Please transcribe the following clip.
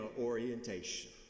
orientation